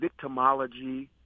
victimology